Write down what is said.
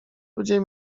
ludzie